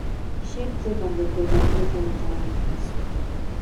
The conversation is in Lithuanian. šiaip taip atlaikiau dar dvi chemoterapijas